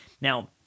Now